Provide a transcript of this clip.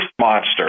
Monster